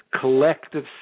collective